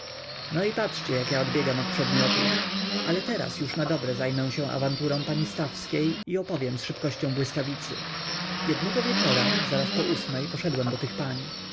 no i patrzcie jak ja odbiegam od przedmiotu ale teraz już nadobre zajmę się awanturą pani stawskiej i opowiem z szybkością błyskawicy jednego wieczora zaraz po ósmej poszedłem do tych pań pani